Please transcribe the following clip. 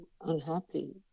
unhappy